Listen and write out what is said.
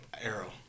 arrow